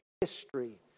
history